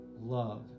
love